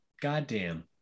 Goddamn